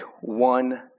one